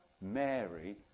Mary